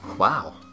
Wow